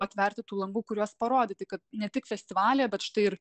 atverti tų langų kuriuos parodyti kad ne tik festivalyje bet štai ir